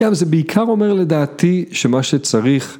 גם זה בעיקר אומר לדעתי שמה שצריך